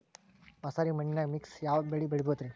ಮಸಾರಿ ಮಣ್ಣನ್ಯಾಗ ಮಿಕ್ಸ್ ಯಾವ ಬೆಳಿ ಬೆಳಿಬೊದ್ರೇ?